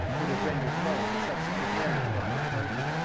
would have rendered null the subsequent marriage of either party.